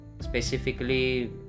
specifically